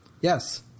Yes